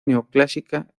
neoclásica